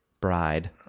bride